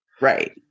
Right